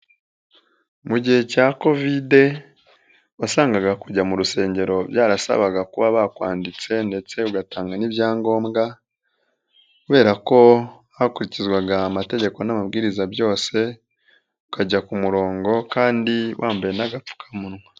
Mu gihe cya Kovide wasangaga kujya mu rusengero byarasabaga kuba bakwanditse ndetse ugatanga n'ibyangombwa kubera ko hakurikizwaga amategeko n'amabwiriza byose ukajya ku murongo kandi wambaye n'agapfukamunwa.